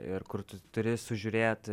ir kur tu turi sužiūrėt